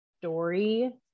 story